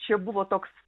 čia buvo toks